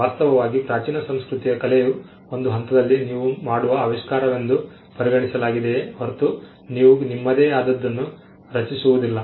ವಾಸ್ತವವಾಗಿ ಪ್ರಾಚೀನ ಸಂಸ್ಕೃತಿಯ ಕಲೆಯು ಒಂದು ಹಂತದಲ್ಲಿ ನೀವು ಮಾಡುವ ಆವಿಷ್ಕಾರವೆಂದು ಪರಿಗಣಿಸಲಾಗಿದೆಯೆ ಹೊರತು ನೀವು ನಿಮ್ಮದೇ ಆದದ್ದನ್ನು ರಚಿಸಿರುವುದಿಲ್ಲ